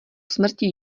smrti